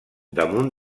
damunt